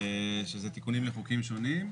שזה תיקונים לחוקים שונים,